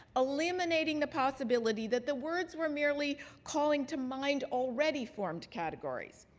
eliminating the possibility that the words were merely calling to mind already formed categories.